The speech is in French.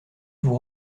vous